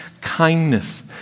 kindness